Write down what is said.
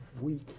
week